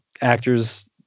actors